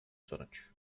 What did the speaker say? sonuç